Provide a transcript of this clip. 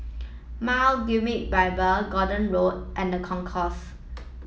Mount Gerizim Bible Gordon Road and The Concourse